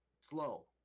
slow